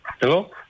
Hello